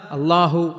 Allahu